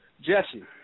Jesse